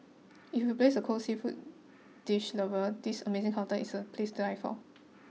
if you base a cold seafood dish lover this amazing counter is a place to die for